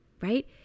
Right